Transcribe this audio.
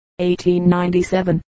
1897